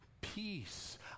peace